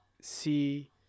See